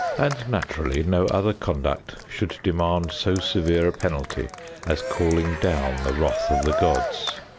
and naturally no other conduct should demand so severe a penalty as calling down the wrath of the gods.